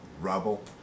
rubble